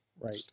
Right